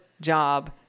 job